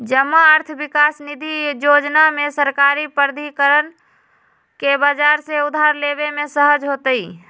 जमा अर्थ विकास निधि जोजना में सरकारी प्राधिकरण के बजार से उधार लेबे में सहज होतइ